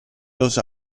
los